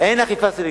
אין אכיפה סלקטיבית.